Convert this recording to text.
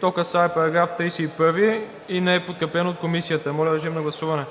което касае § 29 и не е подкрепено от Комисията. Гласували